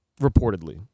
reportedly